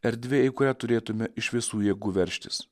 erdvė į kurią turėtume iš visų jėgų veržtis